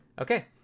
Okay